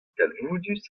talvoudus